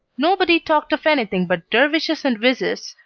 nobody talked of anything but dervishes and vizirs,